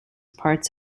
parts